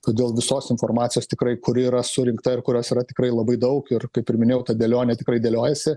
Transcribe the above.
todėl visos informacijos tikrai kuri yra surinkta ir kurios yra tikrai labai daug ir kaip ir minėjau ta dėlionė tikrai dėliojasi